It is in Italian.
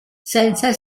senza